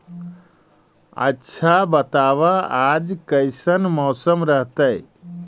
आच्छा बताब आज कैसन मौसम रहतैय?